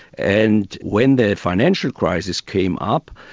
and when the financial crisis came up,